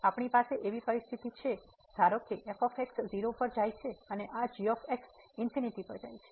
તેથી આપણી પાસે એવી પરિસ્થિતિ છે ધારો કે f 0 પર જાય છે અને આ g પર જાય છે